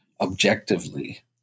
objectively